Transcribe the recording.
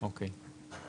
אוקיי.